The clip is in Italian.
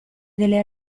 delle